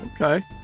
okay